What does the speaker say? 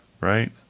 right